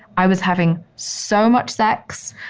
i was having so much sex.